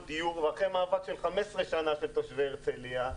דיור ואחרי מאבק של 15 שנים של תושבי הרצליה,